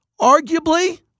Arguably